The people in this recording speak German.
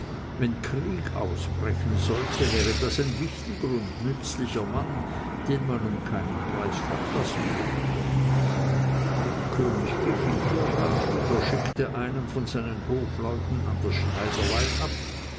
wenn krieg ausbrechen sollte wäre das ein wichtiger und nützlicher mann den man um keinen preis fortlassen dürfte dem könig gefiel der rat und er schickte einen von seinen hofleuten an das schneiderlein ab